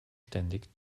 ständig